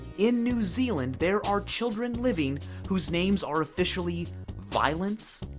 in new zealand, there are children living whose names are officially violence,